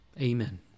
Amen